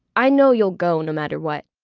i know you'll go no matter what.